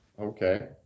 okay